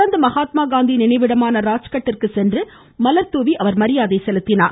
தொடர்ந்து மகாத்மாகாந்தி நினைவிடமான ராஜ்கட்டிற்கு சென்று மலர் தூவி மரியாதை செலுத்தினார்